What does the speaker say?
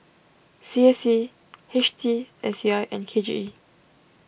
C S C H T S C I and K J E